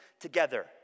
together